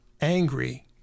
angry